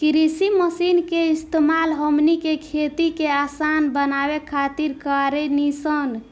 कृषि मशीन के इस्तेमाल हमनी के खेती के असान बनावे खातिर कारेनी सन